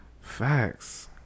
Facts